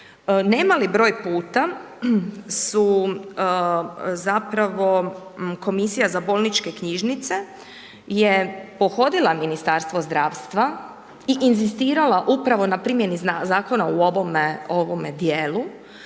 Nemali broj puta su zapravo komisija za bolničke knjižnice je pohodila Ministarstvo zdravstva i inzistirala upravo na primjeni zakonu u ovome dijelu.